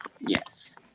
Yes